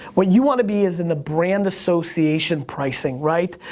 what you wanna be is in the brand association pricing, right.